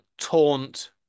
taunt